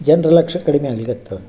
ಜನರ ಲಕ್ಷ ಕಡಿಮೆ ಆಗಲಿಕತ್ತದ